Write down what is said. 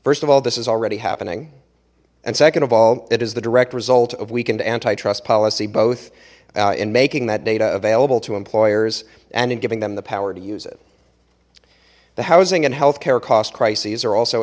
first of all this is already happening and second of all it is the direct result of weakened antitrust policy both in making that data available to employers and in giving them the power to use it the housing and healthcare cost crises are also